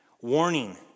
Warning